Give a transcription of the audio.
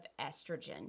estrogen